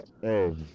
Hey